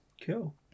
Cool